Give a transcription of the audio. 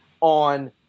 on